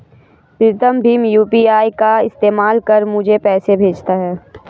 प्रीतम भीम यू.पी.आई का इस्तेमाल कर मुझे पैसे भेजता है